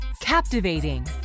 Captivating